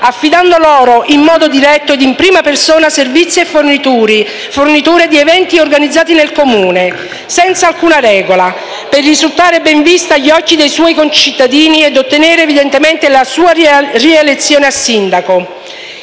affidando loro, in modo diretto e in prima persona, servizi e forniture di eventi organizzati nel Comune, senza alcuna regola, per risultare ben vista agli occhi dei suoi concittadini e ottenere evidentemente la sua rielezione a sindaco.